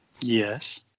Yes